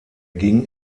ging